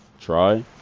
try